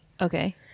Okay